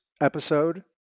episode